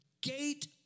gate